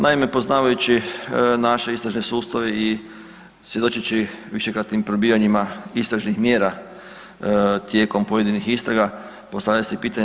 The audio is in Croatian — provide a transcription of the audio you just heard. Naime, poznavajući naš istražni sustav i svjedočeći višekratnim probijanjima istražnih mjera tijekom pojedinih istraga postavlja se pitanje.